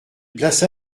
plaça